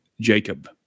Jacob